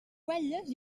guatlles